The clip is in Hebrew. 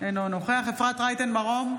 אינו נוכח אפרת רייטן מרום,